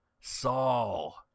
Saul